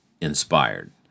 inspired